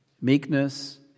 meekness